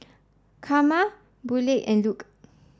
Carma Burleigh and Luc